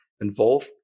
involved